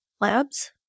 labs